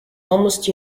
almost